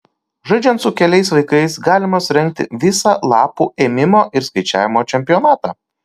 žaidžiant su keliais vaikais galima surengti visą lapų ėmimo ir skaičiavimo čempionatą